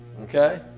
Okay